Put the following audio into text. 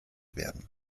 werden